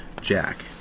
Jack